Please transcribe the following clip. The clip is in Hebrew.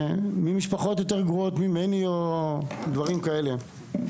ממשפחות במצבים יותר גרועים משלי או דברים כאלה.